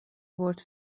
بٌرد